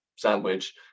sandwich